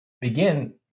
begin